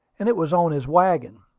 and it was on his wagon.